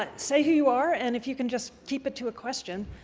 ah say who you are, and if you can just keep it to a question,